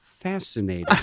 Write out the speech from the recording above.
fascinating